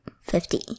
Fifty